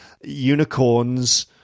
unicorns